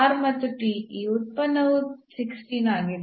ಮತ್ತು ಈ ಉತ್ಪನ್ನವು 16 ಆಗಿದೆ